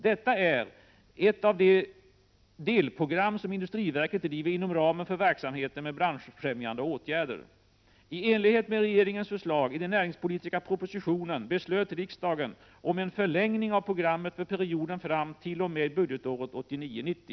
Detta är ett av de delprogram som industriverket driver inom ramen för verksamheten med branschfrämjande åtgärder. I enlighet med regeringens förslag i den näringspolitiska propositionen beslöt riksdagen om en förlängning av programmet för perioden fram till och med budgetåret 1989/90.